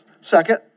Second